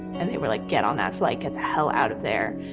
and they were like, get on that flight. get the hell out of there.